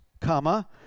comma